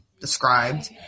described